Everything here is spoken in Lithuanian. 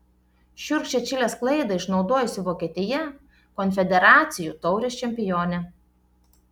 šiurkščią čilės klaidą išnaudojusi vokietija konfederacijų taurės čempionė